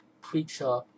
preacher